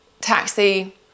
taxi